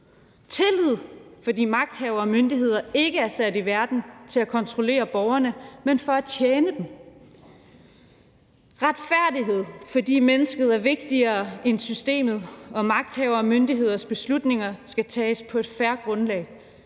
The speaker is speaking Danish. tillid, fordi magthavere og myndigheder ikke er sat i verden for at kontrollere borgerne, men for at tjene dem; og retfærdighed, fordi mennesket er vigtigere end systemet, og magthavere og myndigheders beslutninger skal tages på et fair grundlag,